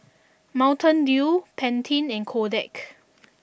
Mountain Dew Pantene and Kodak